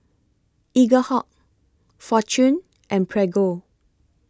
Eaglehawk Fortune and Prego